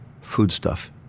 foodstuff